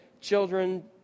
children